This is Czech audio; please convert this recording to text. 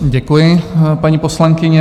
Děkuji, paní poslankyně.